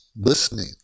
listening